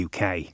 UK